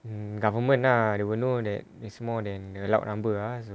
mm government lah they will know that is more than the allowed number ah so